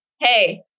hey